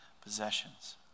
possessions